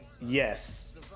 Yes